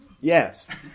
Yes